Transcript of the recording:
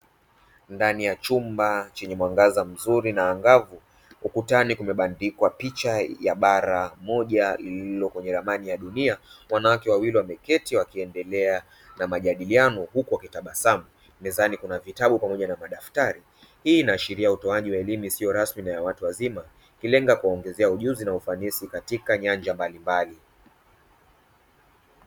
Ndani ya chumba chenye mwanga mzuri na angavu, ukutani kumebandikwa picha ya bara moja lililoko kwenye ramani ya dunia, wanawake wawili wameketi wakiendelea na majadiliano huku wakitabasamu, mezani kuna vitabu pamoja na madaftari. Hii inaashiria utoaji wa elimu isiyo rasmi ya watu wazima, ikilenga kuwaongezea ujuzi na ufanisi katika nyanja mbalimbali.